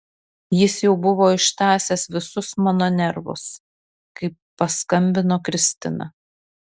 jis jau buvo ištąsęs visus mano nervus kai paskambino kristina